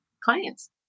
clients